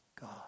God